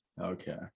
Okay